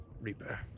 Reaper